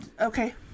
Okay